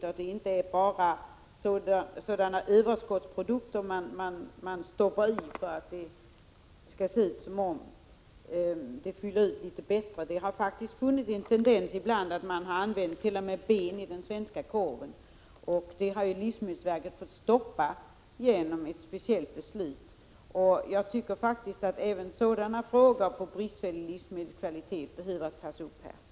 Det skall inte vara överskottsproduk ter som man stoppar i för att så att säga fylla ut litet bättre. Man har t.o.m. ibland använt ben i svensk korv, men det har livsmedelsverket stoppat genom ett speciellt beslut. Jag tycker faktiskt att sådana frågor om bristfällig livsmedelskvalitet behöver tas upp här.